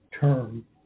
term